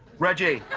reggie,